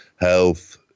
health